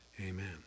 Amen